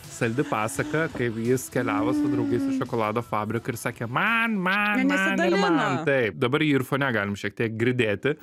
saldi pasaka kaip jis keliavo su draugais į šokolado fabriką ir sakė man mane ir man taip dabar jį fone galima šiek tiek girdėti